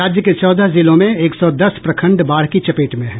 राज्य के चौदह जिलों में एक सौ दस प्रखंड बाढ़ की चपेट में हैं